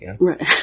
Right